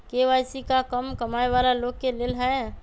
KYC का कम कमाये वाला लोग के लेल है?